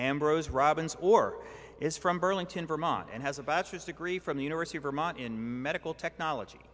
ambrose robbins or is from burlington vermont and has a bachelor's degree from the university of vermont in medical technology